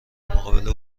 مقابل